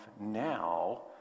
now